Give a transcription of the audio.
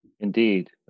Indeed